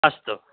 अस्तु